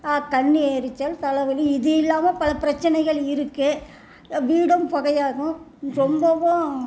கண் எரிச்சல் தலைவலி இது இல்லாமல் பல பிரச்சனைகள் இருக்குது வீடும் புகையாகும் ரொம்பவும்